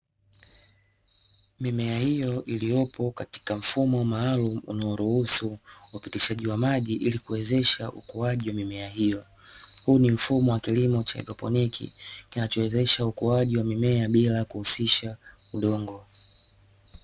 Mimea hiyo iliopo katika mfumo maalum unaoruhusu upitishaji wa maji ili kuwezesha ukuaji wa mimea hiyo, huu ni mfumo wa kilimo cha haidroponiki kinachowezesha ukuaji wa mimea bila kuhusisha udongo.